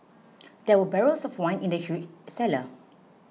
there were barrels of wine in the huge cellar